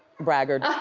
braggart.